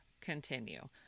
continue